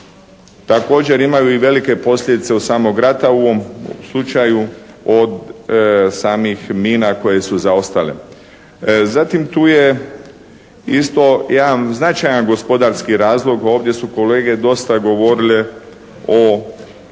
također imaju i velike posljedice od samog rata, u ovom slučaju od samih mina koje su zaostale. Zatim tu je isto jedan značajan gospodarski razlog. Ovdje su kolege dosta govorile o